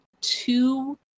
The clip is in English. two